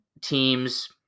teams –